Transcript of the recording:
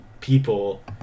people